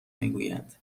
میگویند